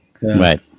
right